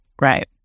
Right